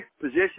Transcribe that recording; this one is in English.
position